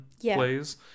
plays